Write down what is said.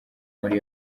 muri